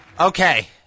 Okay